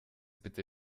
bitte